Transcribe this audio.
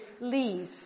leave